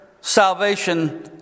salvation